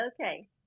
Okay